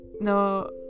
no